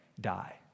die